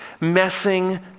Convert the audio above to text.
messing